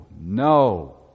no